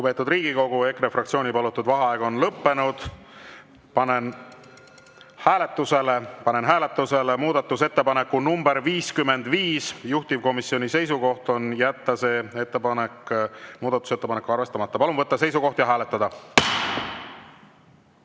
Lugupeetud Riigikogu! EKRE fraktsiooni palutud vaheaeg on lõppenud. Panen hääletusele muudatusettepaneku nr 55. Juhtivkomisjoni seisukoht on jätta see muudatusettepanek arvestamata. Palun võtta seisukoht ja hääletada!